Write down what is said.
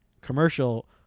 commercial